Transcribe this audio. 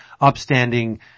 upstanding